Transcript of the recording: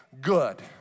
good